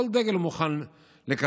כל דגל הוא מוכן לקפל,